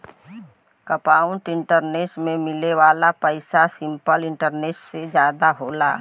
compound interest में मिले वाला पइसा सिंपल इंटरेस्ट से जादा होला